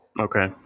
Okay